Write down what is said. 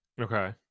okay